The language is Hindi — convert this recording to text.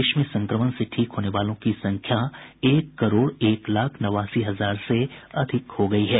देश में संक्रमण से ठीक होने वालों की संख्या एक करोड़ एक लाख नवासी हजार से अधिक हो गई है